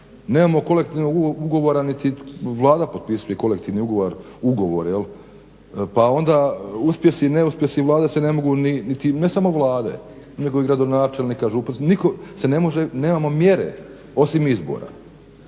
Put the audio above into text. nemamo kolektivnog ugovora niti Vlada potpisuje kolektivne ugovore pa onda uspjesi i neuspjesi Vlade se ne mogu niti, ne samo Vlade nego i gradonačelnika, župana, nemamo mjere osim izbora.